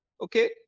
okay